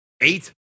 eight